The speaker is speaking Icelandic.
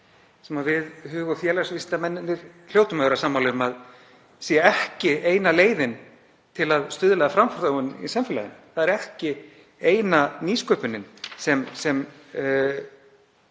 sem við hug- og félagsvísindamennirnir hljótum að vera sammála um að sé ekki eina leiðin til að stuðla að framþróun í samfélaginu. Það er ekki eina nýsköpunin sem er